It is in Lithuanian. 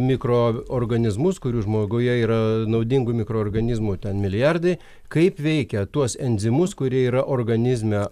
mikroorganizmus kurių žmoguje yra naudingų mikroorganizmų ten milijardai kaip veikia tuos enzimus kurie yra organizme